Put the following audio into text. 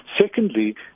Secondly